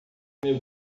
meu